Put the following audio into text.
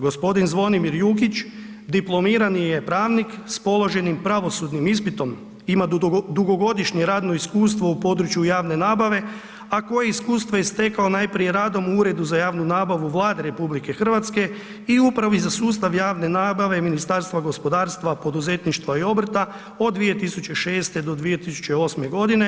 G. Zvonimir Jukić diplomirani je pravnik s položenim pravosudnim ispitom, ima dugogodišnje radno iskustvo u području javne nabave a koje iskustvo je stekao najprije radom u Uredu za javnu nabavu Vlade Rh i Upravi za sustav javne nabave Ministarstva gospodarstva, poduzetništva i obrta od 2006. do 2008.